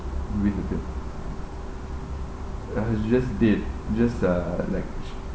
with the pill uh it's just date just uh like